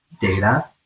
data